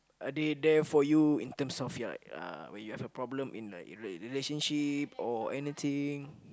are they there for you in terms of like uh when you have a problem in like your rela~ relationship or anything